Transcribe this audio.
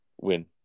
win